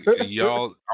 y'all